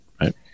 Right